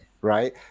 right